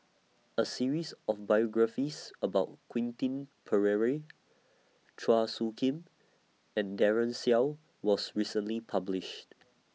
A series of biographies about Quentin Pereira Chua Soo Khim and Daren Shiau was recently published